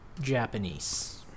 Japanese